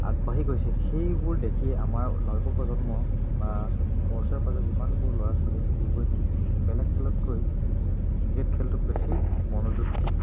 আগবাঢ়ি গৈছে সেইবোৰ দেখিয়ে আমাৰ নৱপ্ৰজন্ম বা আমাৰ ওচৰে পাঁজৰে যিমানবোৰ ল'ৰা ছোৱালী আছে সেইবোৰে বেলেগ খেলতকৈ ক্ৰিকেট খেলটোত বেছি মনোযোগ দিয়ে